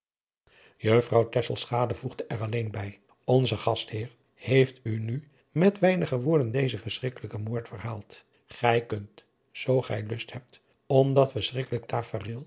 voegde er alleen bij onze gastheer heeft u nu met weinige woorden dezen verscrikkelijken moord verhaald gij kunt zoo gij lust hebt om